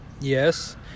yes